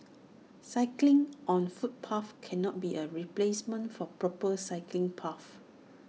cycling on footpaths cannot be A replacement for proper cycling paths